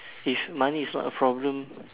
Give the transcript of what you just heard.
if money is not a problem